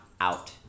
out